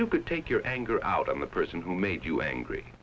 you could take your anger out on the person who made you angry